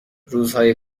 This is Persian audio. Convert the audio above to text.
روزهای